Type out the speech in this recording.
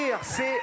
C'est